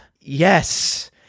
yes